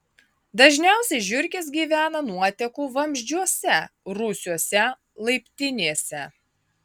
dažniausiai žiurkės gyvena nuotekų vamzdžiuose rūsiuose laiptinėse